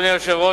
אדוני היושב-ראש,